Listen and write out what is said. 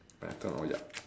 I thought not young